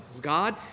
God